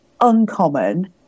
uncommon